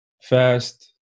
fast